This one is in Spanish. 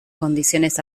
condiciones